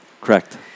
Correct